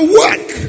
work